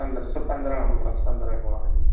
ਪੰਦਰ ਸ ਪੰਦਰਾਂ ਹੋਊ ਬਸ ਪੰਦਰਾਂ ਸੋਲਾਂ ਹਾਂਜੀ